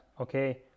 okay